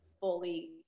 fully